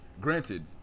Granted